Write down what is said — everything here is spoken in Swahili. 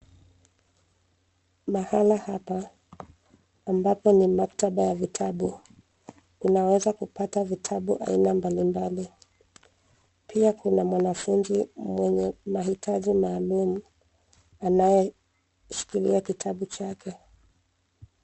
Mahala hapa, ambapo ni maktaba ya vitabu, unaweza kupata vitabu aina mbali mbali. Pia kuna mwanafunzi mwenye mahitaji maalumu, anayeshikilia kitabu chake.